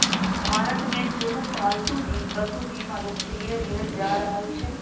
भारत मे सेहो पालतू पशु बीमा लोकप्रिय भेल जा रहल छै